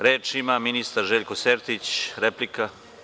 Reč ima ministar Željko Sertić, replika.